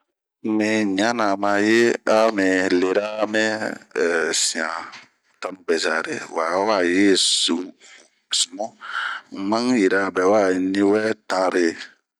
Min ɲianama yi a lirami sian tanu beza re ,wa a wa yi sumu, N'ma n'yira bɛ waɲi wɛ tan're.